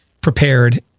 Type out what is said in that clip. prepared